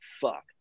fuck